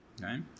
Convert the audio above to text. okay